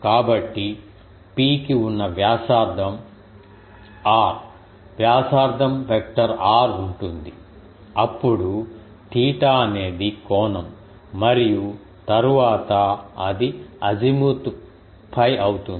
కాబట్టి P కి వ్యాసార్థం r వ్యాసార్థం వెక్టర్ r ఉంటుంది అప్పుడు తీటా అనేది కోణం మరియు తరువాత అది అజిముత్ 𝝓 అవుతుంది